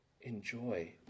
enjoy